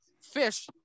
Fish